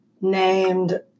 named